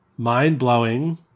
Mind-blowing